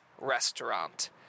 restaurant